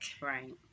Right